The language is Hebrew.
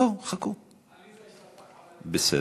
בסדר.